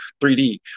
3D